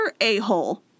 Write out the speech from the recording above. a-hole